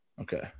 Okay